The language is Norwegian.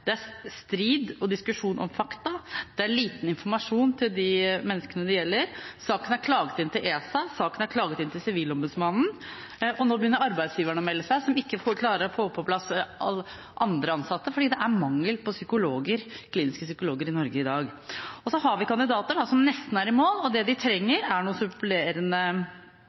Det er strid og diskusjon om fakta, det er lite informasjon til menneskene det gjelder, saken er klaget inn til ESA, saken er klaget inn til sivilombudsmannen, og nå begynner arbeidsgiverne å melde seg – som ikke klarer å få på plass andre ansatte, fordi det er mangel på kliniske psykologer i Norge i dag. Så har vi kandidater som nesten er i mål, og det de trenger, er noe